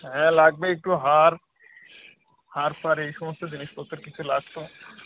হ্যাঁ লাগবে একটু হার হার ফার এই সমস্ত জিনিসপত্র কিছু লাগতো